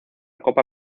copa